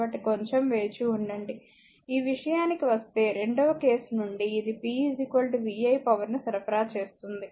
కాబట్టి కొంచెం వేచివుండండి ఈ విషయానికి వస్తేరెండవ కేసు నుండి ఇది p VI పవర్ ను సరఫరా చేస్తుంది